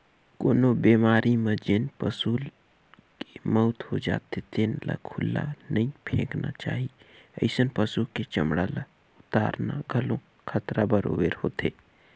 कोनो बेमारी म जेन पसू के मउत हो जाथे तेन ल खुल्ला नइ फेकना चाही, अइसन पसु के चमड़ा ल उतारना घलो खतरा बरोबेर होथे